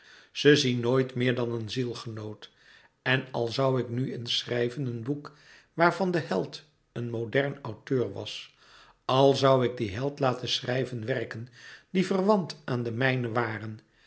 ze zien nooit meer dan een zielgenoot en al zoû ik nu eens schrijven een boek waarvan de held een modern auteur was al zoû ik dien held laten schrijven werken die verwant aan de mijne waren